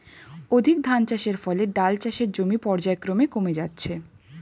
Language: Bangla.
অধিক ধানচাষের ফলে ডাল চাষের জমি পর্যায়ক্রমে কমে যাচ্ছে